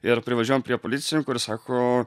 ir privažiuojam prie policininkų ir sako